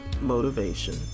Motivation